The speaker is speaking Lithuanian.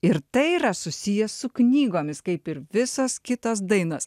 ir tai yra susiję su knygomis kaip ir visas kitos dainos